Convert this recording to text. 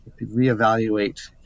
reevaluate